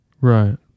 Right